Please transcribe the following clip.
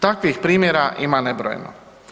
Takvih primjera ima nebrojeno.